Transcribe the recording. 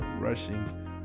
rushing